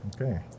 Okay